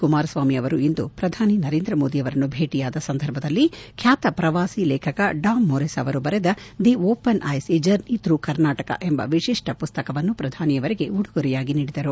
ಕುಮಾರಸ್ವಾಮಿ ಅವರು ಇಂದು ಪ್ರಧಾನ ಮಂತ್ರಿ ನರೇಂದ್ರ ಮೋದಿಯವರನ್ನು ಭೇಟಿಯಾದ ಸಂದರ್ಭದಲ್ಲಿ ಖ್ಯಾತ ಪ್ರವಾಸಿ ಲೇಖಕ ಡಾಮ್ ಮೊರೇಸ್ ಅವರು ಬರೆದ the open eyes a journey through Karnataka ಎಂಬ ವಿಶಿಷ್ಟ ಪುಸ್ತಕವನ್ನು ಪ್ರಧಾನಿಯವರಿಗೆ ಉಡುಗೊರೆಯಾಗಿ ನೀಡಿದರು